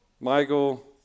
Michael